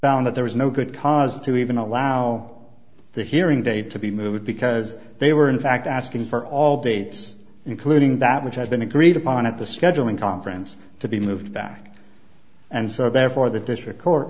found that there was no good cause to even allow the hearing date to be moved because they were in fact asking for all dates including that which has been agreed upon at the scheduling conference to be moved back and so therefore the district court